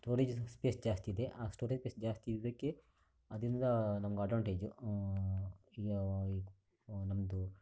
storage ಸ್ space ಜಾಸ್ತಿ ಇದೆ ಆ ಸ್ಟೋರೇಜ್ ಪೇಸ್ ಜಾಸ್ತಿ ಇದ್ದಿದ್ದಕ್ಕೆ ಅದರಿಂದ ನಮ್ಗೆ ಅಡ್ವಾಂಟೇಜು ಈಗ ಈಗ ನಮ್ಮದು